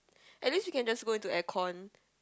at least we can just go into aircon